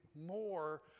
more